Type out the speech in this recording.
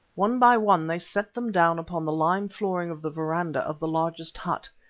one by one they set them down upon the lime flooring of the verandah of the largest hut.